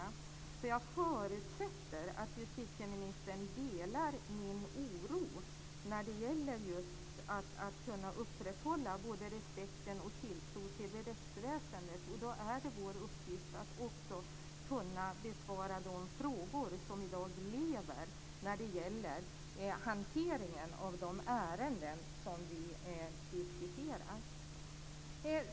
Jag förutsätter att justitieministern delar min oro när det gäller att kunna upprätthålla både respekten för och tilltron till rättsväsendet. Då är det vår uppgift att kunna besvara de frågor som i dag lever om hanteringen av de ärenden som vi nu diskuterar.